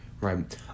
right